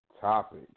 topic